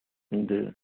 جی